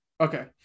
okay